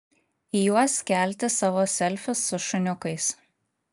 į juos kelti savo selfius su šuniukais